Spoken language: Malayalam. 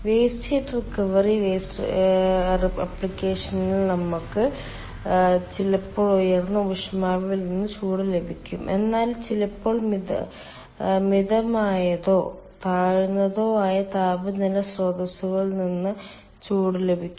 waste heat recovery waste heat recovery ആപ്ലിക്കേഷനിൽ നമുക്ക് ചിലപ്പോൾ ഉയർന്ന ഊഷ്മാവിൽ നിന്ന് ചൂട് ലഭിക്കും എന്നാൽ ചിലപ്പോൾ മിതമായതോ താഴ്ന്നതോ ആയ താപനില സ്രോതസ്സുകളിൽ നിന്ന് ചൂട് ലഭിക്കും